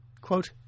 Quote